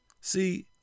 See